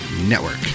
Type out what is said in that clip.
Network